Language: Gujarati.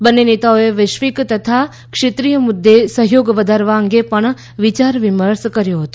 બંને નેતાઓએ વૈશ્વિક તથા ક્ષેત્રીય મુદ્દે સહયોગ વધારવા અંગે પણ વિયાર વિમર્શ કર્યો હતો